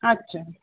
अच्छा